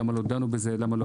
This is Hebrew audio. למה לא דנו בזה,